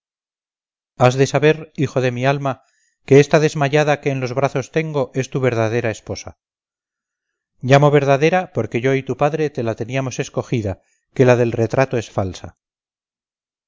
has de saber hijo de mi alma que esta desmayada que en los brazos tengo es tu verdadera esposa llamo verdadera porque yo y tu padre te la teníamos escogida que la del retrato es falsa